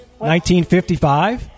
1955